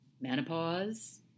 menopause